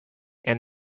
and